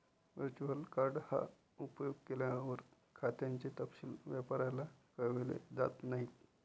virtual card चा उपयोग केल्यावर, खात्याचे तपशील व्यापाऱ्याला कळवले जात नाहीत